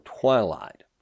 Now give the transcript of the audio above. twilight